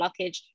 blockage